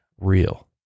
real